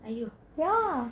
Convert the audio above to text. ya